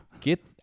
get